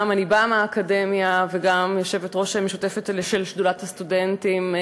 גם אני באה מהאקדמיה ואני גם יושבת-ראש משותפת של שדולת הסטודנטים.